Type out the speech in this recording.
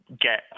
get